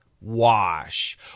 Wash